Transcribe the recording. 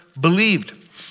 believed